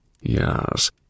Yes